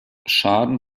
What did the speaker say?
schaden